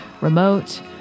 remote